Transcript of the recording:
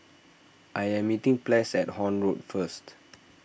I am meeting Ples at Horne Road first